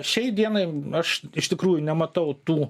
šiai dienai aš iš tikrųjų nematau tų